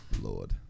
Lord